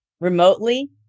remotely